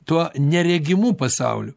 tuo neregimu pasauliu